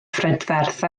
phrydferth